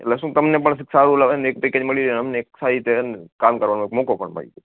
એટલે શું તમને પણ સારું લાગે એક પેકેજ મળી જાય અમને સારી રીતે હેન કામ કરવાનો એક મોકો પણ મળી જાય